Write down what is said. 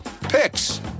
picks